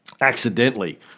accidentally